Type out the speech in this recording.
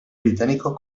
británico